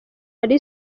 ally